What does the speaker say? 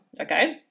okay